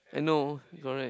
I know correct